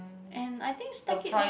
and I think snack it one